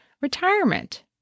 retirement